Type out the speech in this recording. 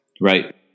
Right